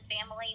family